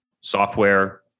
software